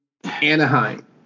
Anaheim